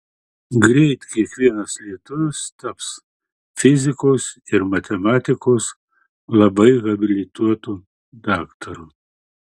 greit kiekvienas lietuvis taps fizikos ir matematikos labai habilituotu daktaru